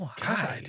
God